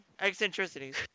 Eccentricities